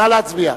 נא להצביע.